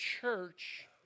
church